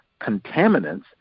contaminants